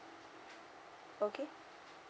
okay